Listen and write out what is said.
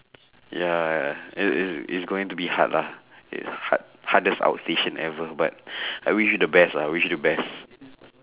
ya it it's it's going to be hard lah it's hard hardest outstation ever but I wish the best ah I wish you the best